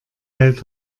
hält